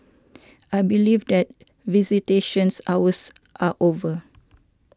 I believe that visitation hours are over